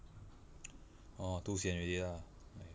orh too sian already ah